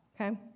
okay